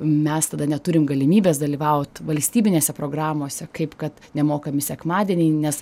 mes tada neturim galimybės dalyvaut valstybinėse programose kaip kad nemokami sekmadieniai nes